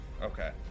Okay